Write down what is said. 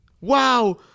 Wow